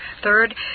Third